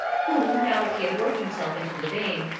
who, now that he had worked himself into the vein,